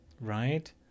Right